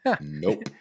Nope